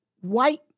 white